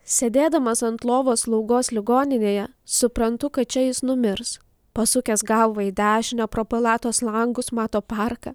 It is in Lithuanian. sėdėdamas ant lovos slaugos ligoninėje suprantu kad čia jis numirs pasukęs galvą į dešinę pro palatos langus mato parką